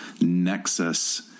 nexus